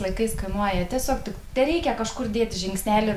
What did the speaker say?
laikais kainuoja tiesiog tereikia kažkur dėti žingsnelį